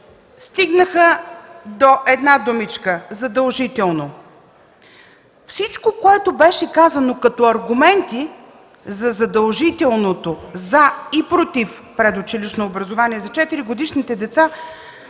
стигнаха до една думичка – „задължително”. Всичко, което беше казано като аргументи за задължителното – „за” и „против”, предучилищно образование за четиригодишните деца,